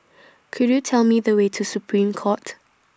Could YOU Tell Me The Way to Supreme Court